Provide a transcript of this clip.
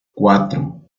cuatro